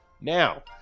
Now